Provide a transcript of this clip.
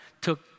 took